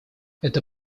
эта